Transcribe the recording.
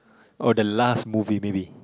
or the last movie maybe